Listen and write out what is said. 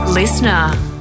Listener